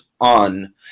on